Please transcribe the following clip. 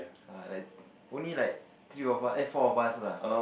err like only like three of us eh four of us lah